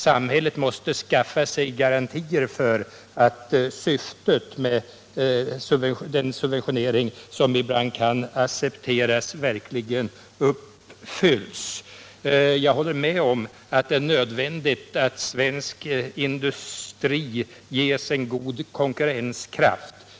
Samhället måste skaffa sig garantier för att syftet med den subventionering som vi ibland kan tvingas acceptera verkligen uppfylls. Jag håller med om att det är nödvändigt att svensk industri ges en god konkurrenskraft.